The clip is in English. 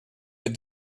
with